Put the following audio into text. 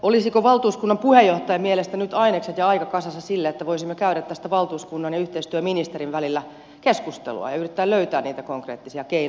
olisiko valtuuskunnan puheenjohtajan mielestä nyt ainekset ja aika kasassa sille että voisimme käydä tästä valtuuskunnan ja yhteistyöministerin välillä keskustelua ja yrittää löytää niitä konkreettisia keinoja